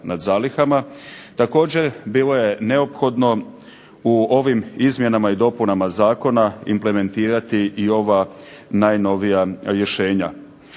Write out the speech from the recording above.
Također bilo je neophodno u ovim izmjenama i dopunama zakona implementirati i ova najnovija rješenja.